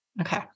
Okay